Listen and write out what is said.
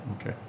okay